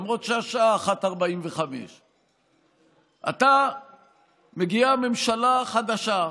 למרות שהשעה 01:45. עתה מגיעה ממשלה חדשה.